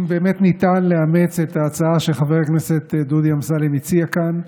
אם באמת ניתן לאמץ את ההצעה שחבר הכנסת דודי אמסלם הציע כאן,